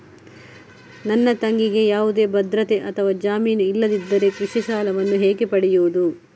ನನ್ನ ತಂಗಿಗೆ ಯಾವುದೇ ಭದ್ರತೆ ಅಥವಾ ಜಾಮೀನು ಇಲ್ಲದಿದ್ದರೆ ಕೃಷಿ ಸಾಲವನ್ನು ಹೇಗೆ ಪಡೆಯುದು?